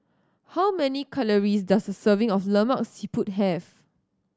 how many calories does a serving of Lemak Siput have